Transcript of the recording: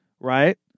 Right